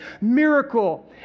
miracle